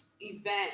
event